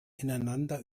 ineinander